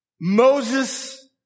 Moses